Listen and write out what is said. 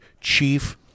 chief